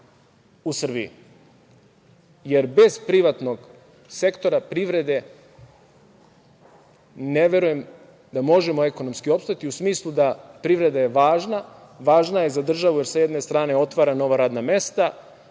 u Srbiji. Jer bez privatnog sektora, privrede, ne verujem da možemo ekonomski opstati, u smislu da je privreda važna, važna je za državu jer sa jedne strane otvara nova radna mesta,